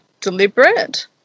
deliberate